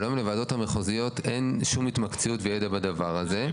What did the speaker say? אבל היום לוועדות המחוזיות אין שום התמקצעות וידע בדבר הזה.